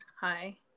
Hi